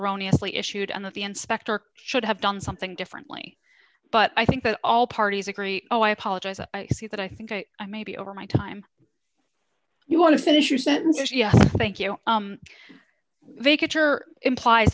erroneous lee issued and that the inspector should have done something differently but i think that all parties agree oh i apologize i see that i think i may be over my time you want to finish your sentences yes thank you they get your implies